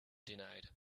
denied